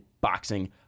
boxing